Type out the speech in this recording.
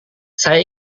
saya